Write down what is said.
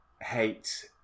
hate